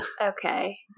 Okay